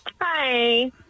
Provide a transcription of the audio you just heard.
Hi